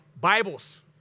Bibles